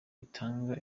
bitanga